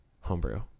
homebrew